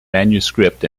manuscript